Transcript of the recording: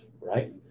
right